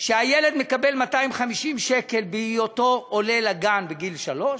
שהילד מקבל 250 שקלים כשהוא עולה לגן בגיל שלוש.